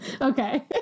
Okay